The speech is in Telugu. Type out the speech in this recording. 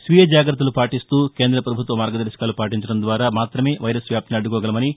స్వీయ జాగ్రత్తలు పాటిస్తూ కేంద పభుత్వ మార్గదర్భకాలు పాటించడం ద్వారా మాత్రమే వైరస్ వ్యాప్తిని అడ్డుకోగలమని